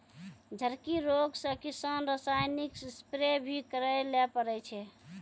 झड़की रोग से किसान रासायनिक स्प्रेय भी करै ले पड़ै छै